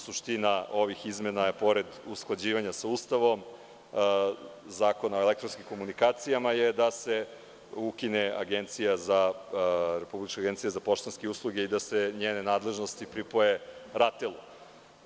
Suština ovih izmena, pored usklađivanja sa Ustavom Zakona o elektronskim komunikacijama, je da se ukine Republička agencija za poštanske usluge i da se njene nadležnosti pripoje RATEL-u.